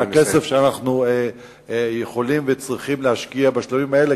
מהכסף שאנחנו יכולים וצריכים להשקיע בשלבים האלה